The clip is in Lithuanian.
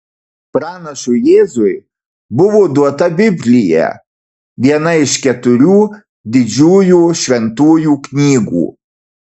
pranašui jėzui buvo duota biblija viena iš keturių didžiųjų šventųjų knygų